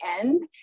end